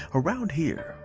around here,